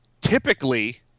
typically